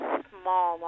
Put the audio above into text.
small